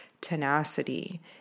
tenacity